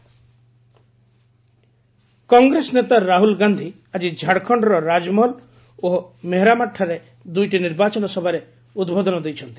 Jharkhand campaign Congress ନେତା ରାହ୍ରଲ ଗାନ୍ଧି ଆଜି ଝାଡ଼ଖଣ୍ଡର ରାଜମହଲ ଓ ମେହେରାମାଠାରେ ଦୁଇଟି ନିର୍ବାଚନ ସଭାରେ ଉଦ୍ବୋଧନ ଦେଇଛନ୍ତି